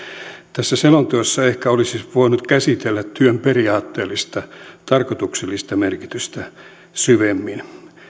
tässä selonteossa ehkä olisi voinut käsitellä työn periaatteellista tarkoituksellista merkitystä syvemmin